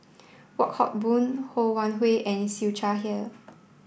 Wong Hock Boon Ho Wan Hui and Siew Shaw Here